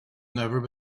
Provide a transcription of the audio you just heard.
never